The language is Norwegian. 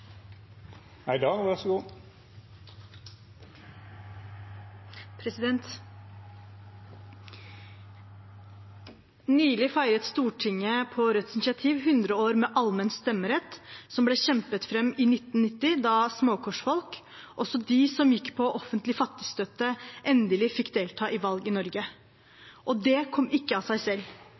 ble kjempet fram i 1919, da småkårsfolk, også de som gikk på offentlig fattigstøtte, endelig fikk delta i valg i Norge. Det kom ikke av seg selv,